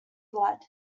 blood